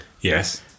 Yes